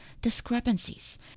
discrepancies